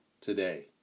today